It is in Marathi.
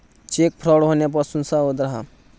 चेक फ्रॉड होण्यापासून सावध रहा